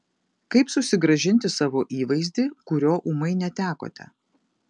kaip susigrąžinti savo įvaizdį kurio ūmai netekote